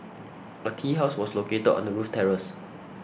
a tea house was located on the roof terrace